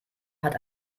hat